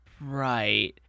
Right